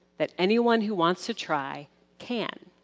that anyone who wants to try can.